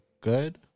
good